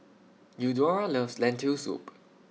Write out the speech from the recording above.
Eudora loves Lentil Soup